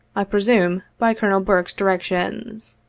i presume, by colonel burke's directions.